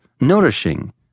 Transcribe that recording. nourishing